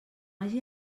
hagi